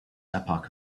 epoch